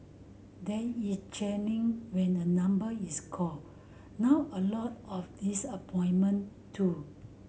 there is cheering when a number is called now a lot of disappointment too